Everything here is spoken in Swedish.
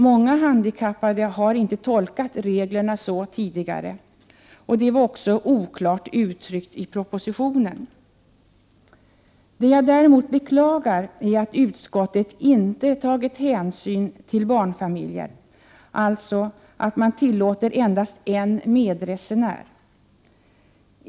Många handikappade har inte tolkat reglerna så tidigare, och det var också oklart uttryckt i propositionen. Det jag däremot beklagar är att utskottet inte tagit hänsyn till barnfamiljer, alltså att man tillåter endast en medresenär.